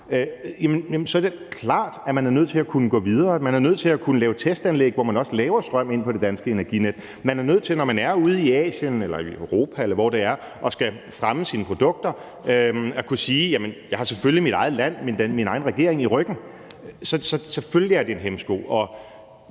så er det også klart, at man er nødt til at kunne gå videre og lave testanlæg, hvor man laver strøm inde på det danske energinet. Man er nødt til at kunne sige, at man, når man er ude i Asien eller i Europa, eller hvor det er, og man skal fremme sine produkter, selvfølgelig har sit eget land og sin egen regering i ryggen. Så selvfølgelig er det en hæmsko,